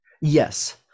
Yes